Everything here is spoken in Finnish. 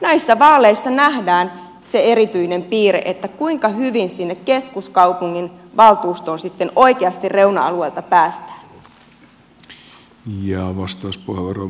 näissä vaaleissa nähdään se erityinen piirre kuinka hyvin sinne keskuskaupungin valtuustoon sitten oikeasti reuna alueilta päästään